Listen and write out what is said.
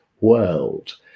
world